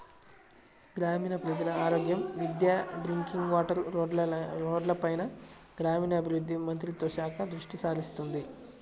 గ్రామీణ ప్రజల ఆరోగ్యం, విద్య, డ్రింకింగ్ వాటర్, రోడ్లపైన గ్రామీణాభివృద్ధి మంత్రిత్వ శాఖ దృష్టిసారిస్తుంది